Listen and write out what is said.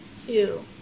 two